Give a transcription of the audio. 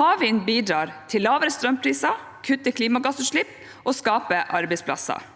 Havvind bidrar til lavere strømpriser, til å kutte klimagassutslipp og til å skape arbeidsplasser.